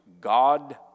God